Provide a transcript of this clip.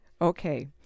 Okay